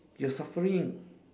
you are suffering